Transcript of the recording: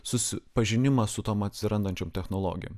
susipažinimą su tom atsirandančiom technologijom